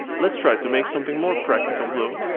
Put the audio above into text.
let's try to make something more practical though.